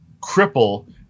cripple